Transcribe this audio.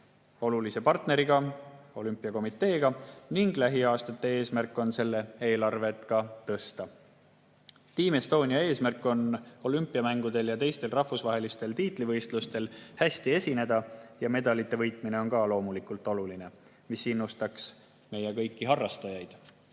olulise partneri Eesti Olümpiakomiteega edasi ning lähiaastate eesmärk on selle eelarvet ka suurendada. Team Estonia eesmärk on olümpiamängudel ja teistel rahvusvahelistel tiitlivõistlustel hästi esineda. Ka medalite võitmine on loomulikult oluline, kuna see innustaks kõiki meie harrastajaid.